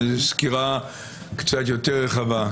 סקירה קצת יותר רחבה.